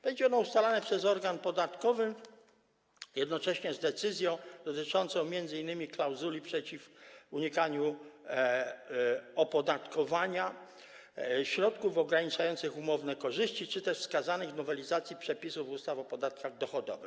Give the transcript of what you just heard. Będzie ono ustalane przez organ podatkowy jednocześnie z decyzją dotyczącą m.in. klauzuli przeciw unikaniu opodatkowania środków ograniczających umowne korzyści czy też wskazanych w nowelizacji przepisów ustaw o podatkach dochodowych.